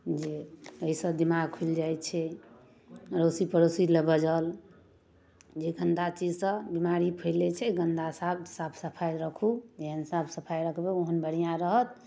जे एहिसँ दिमाग खुलि जाइ छै अड़ोसी पड़ोसी लग बाजल जे गन्दा चीजसँ बिमारी फैलै छै गन्दा साफ सफाइ राखू जेहन साफ सफाइ रखबै ओहन बढ़िआँ रहत